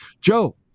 Joe